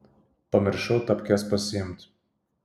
pamiršau tapkes pasiimt